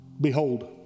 Behold